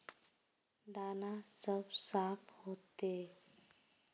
दाना सब साफ होते?